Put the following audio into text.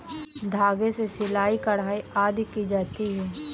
धागे से सिलाई, कढ़ाई आदि की जाती है